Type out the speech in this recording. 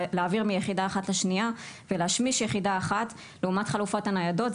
להעביר מיחידה אחת לשנייה ולהשמיש יחידה אחת לעומת חלופת הניידות.